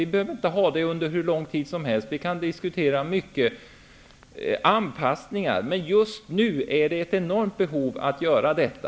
Vi behöver inte ha det under hur lång tid som helst, utan vi kan diskutera anpassningar. Men just nu finns ett enormt behov av att vi gör detta.